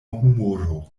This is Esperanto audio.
humoro